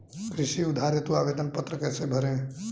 कृषि उधार हेतु आवेदन पत्र कैसे भरें?